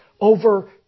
over